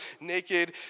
naked